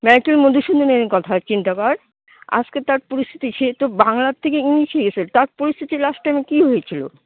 Michael মধুসূদনের কথা চিন্তা কর আসকে তার পরিস্থিতি সে তো বাংলার থেকে ইংলিশে গেছে তার পরিস্থিতি লাস্ট টাইমে কী হয়েছিল